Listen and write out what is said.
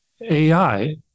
ai